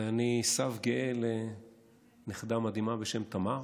ואני סב גאה לנכדה מדהימה בשם תמר